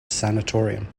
sanatorium